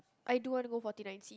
I do want to go Forty Nine Seats